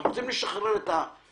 אנחנו רוצים לשחרר את השוק,